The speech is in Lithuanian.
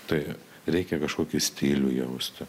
tai reikia kažkokį stilių jausti